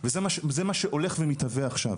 וזה מה, זה מה שהולך ומתהווה עכשיו.